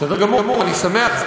בסדר גמור, אני שמח.